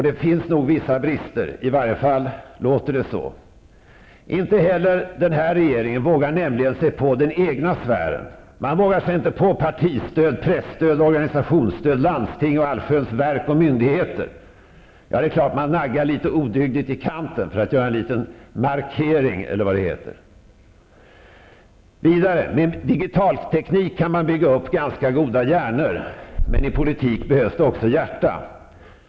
Det finns nog vissa brister, i alla fall låter det så. Inte heller den här regeringen vågar nämligen sig på den egna sfären. Man vågar sig inte på partistöd, presstöd, organisationsstöd, landsting och allsköns verk och myndigheter. Ja, det är klart att man naggar litet odygdigt i kanten för att göra en liten markering, eller vad det heter. Med digital teknik kan man bygga upp ganska goda hjärnor, men det behövs också hjärta i politiken.